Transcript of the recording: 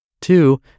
Two